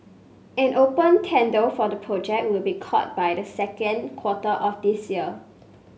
an open tender for the project will be called by the second quarter of this year